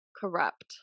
corrupt